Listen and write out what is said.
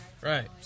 Right